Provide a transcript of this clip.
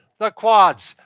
the quads,